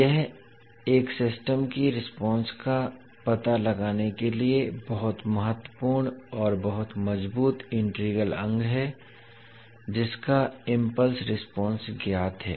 यह एक सिस्टम की रेस्पोंस का पता लगाने के लिए बहुत महत्वपूर्ण और बहुत मजबूत इंटीग्रल अंग है जिसका इम्पल्स रेस्पोंस ज्ञात है